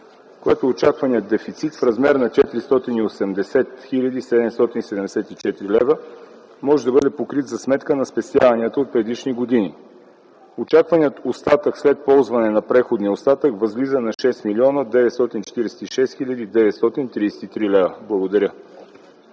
което е очакваният дефицит в размер на 480 хил. 774 лв., може да бъде покрит за сметка на спестяванията от предишни години. Очакваният остатък след ползване на преходния остатък възлиза на 6 млн. 946 хил. 933 лв. Благодаря.